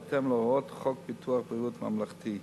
בהתאם להוראות חוק ביטוח בריאות ממלכתי.